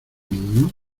niño